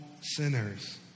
sinners